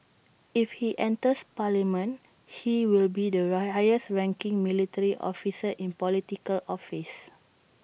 if he enters parliament he will be the highest ranking military officer in Political office